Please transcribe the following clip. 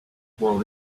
while